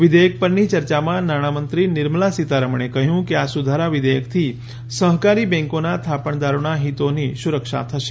વિધેયક પરની ચર્ચામાં નાણામંત્રી નિર્મલા સીતારમણે કહ્યું કે આ સુધારા વિધેયકથી સહકારી બેન્કોના થાપણદારોના હિતોની સુરક્ષા થશે